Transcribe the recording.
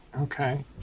okay